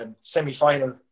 Semi-final